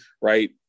right